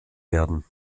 werden